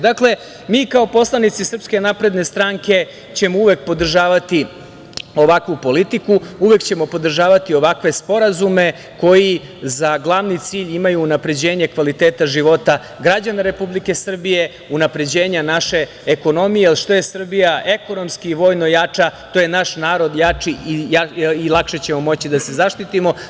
Dakle, mi kao poslanici SNS ćemo uvek podržavati ovakvu politiku, uvek ćemo podržavati ovakve sporazume koji za glavni cilj imaju unapređenje kvaliteta života građana Republike Srbije, unapređenja naše ekonomije, jer što je Srbija ekonomski i vojno jača, to je naš narod jači i lakše ćemo moći da se zaštitimo.